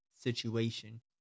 situation